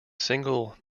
single